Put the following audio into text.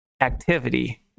activity